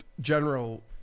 general